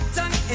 done